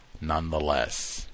nonetheless